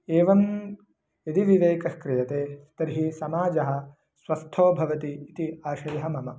एवं यदि विवेकः क्रियते तर्हि समाजः स्वस्थो भवति इति आशयः मम